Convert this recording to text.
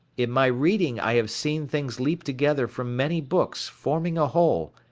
in my reading i have seen things leap together from many books, forming a whole,